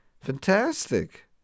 fantastic